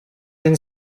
been